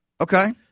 Okay